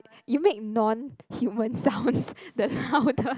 you make non human sounds the sound the